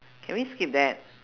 can we skip that